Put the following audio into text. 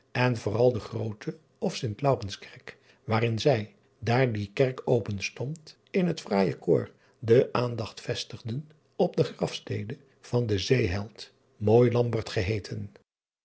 en vooral de roote of int aurens kerk waarin zij daar die kerk openstond in het fraaije koor de aandacht vestigden op de rafstede van den eeheld geheeten